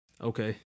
Okay